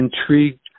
intrigued